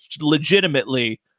legitimately